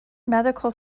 medical